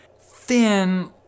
thin